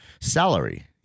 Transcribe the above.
salary